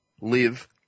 live